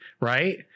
right